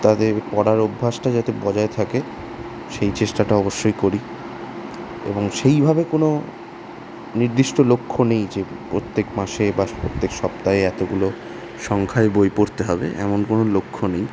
তাদের পড়ার অভ্যাসটা যাতে বজায় থাকে সেই চেষ্টাটা অবশ্যই করি এবং সেইভাবে কোনো নির্দিষ্ট লক্ষ্য নেই যে প্রত্যেক মাসে বা স প্রত্যেক সপ্তাহে এতগুলো সংখ্যায় বই পড়তে হবে এমন কোনো লক্ষ্য নেই